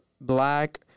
Black